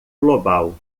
global